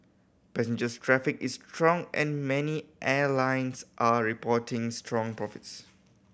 passengers traffic is strong and many airlines are reporting strong profits